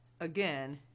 again